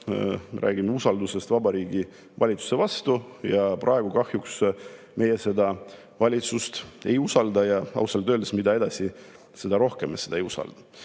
räägime usaldusest Vabariigi Valitsuse vastu. Praegu kahjuks meie seda valitsust ei usalda ja ausalt öeldes, mida edasi, seda rohkem me teda ei usalda.